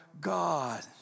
God